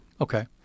Okay